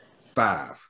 five